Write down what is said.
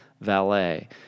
valet